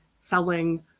selling